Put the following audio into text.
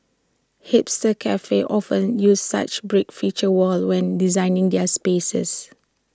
hipster cafes often use such brick feature walls when designing their spaces